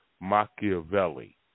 Machiavelli